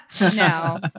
No